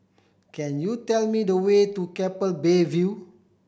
can you tell me the way to Keppel Bay View